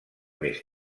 més